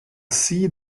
see